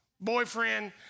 boyfriend